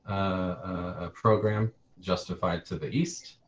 a program justified to the east,